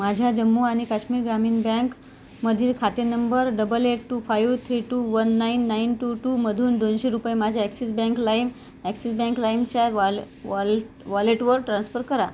माझ्या जम्मू आणि काश्मीर ग्रामीण बँकमधील खाते number double eight two five three two one nine nine two टूमधून दोनशे रुपये माझ्या Axis bank lime Axis bank लाईमच्या वॉल वॉल वॉलेटवर ट्रान्स्फर करा